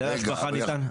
היטלי השבחה ניתן --- רגע,